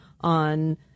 on